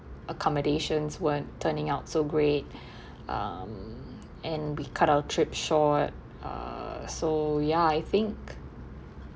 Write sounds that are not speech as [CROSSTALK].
accommodations weren't turning out so great [BREATH] um and we cut our trip short uh so ya I think